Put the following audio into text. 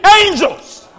angels